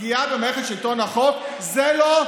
פגיעה במערכת שלטון החוק, זה לא.